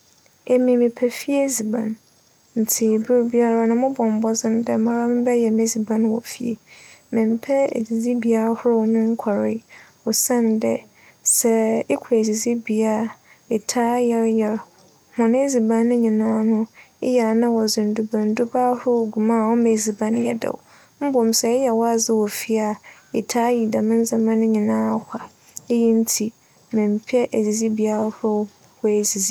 Emi mepɛ fie edziban ntsi ber biara no mobͻ mbͻdzen dɛ mara mebɛyɛ m'edziban wͻ fie. Memmpɛ edzidzi bea ahorow no nkͻree osiandɛ, sɛ ekͻ edzidzi bea a, etaa yaryar, hͻn edziban ne nyinara no eyɛɛ nna wͻdze ndurba ndurba ahorow gu mu a ͻma edziban no yɛ dɛw mbom sɛ eyɛ wͻadze wͻ fie a, etaa yi dɛm ndzɛmba ne nyinara akwa. Iyi ntsi memmpɛ edzidzi bea ahorow hͻ edzidzi.